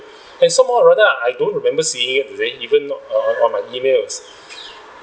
and somehow or rather I don't remember seeing it rea~ even not uh on my emails